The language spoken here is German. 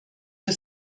für